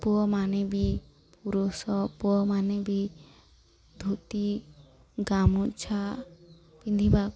ପୁଅମାନେ ବି ପୁରୁଷ ପୁଅମାନେ ବି ଧୋତି ଗାମୁଛା ପିନ୍ଧିବା